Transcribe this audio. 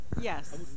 Yes